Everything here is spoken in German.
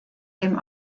dem